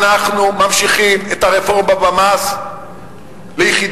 אנחנו ממשיכים את הרפורמה במס ליחידים